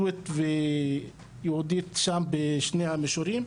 הבדואית והיהודית שם בשני המישורים,